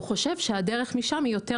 הוא חושב שהדרך משם יותר מהירה,